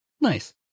Nice